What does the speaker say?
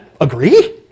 agree